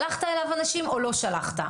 שלחת אליו אנשים או לא שלחת?